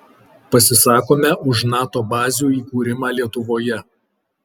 pasisakome už nato bazių įkūrimą lietuvoje